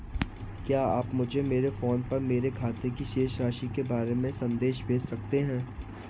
क्या आप मुझे मेरे फ़ोन पर मेरे खाते की शेष राशि के बारे में संदेश भेज सकते हैं?